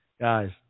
guys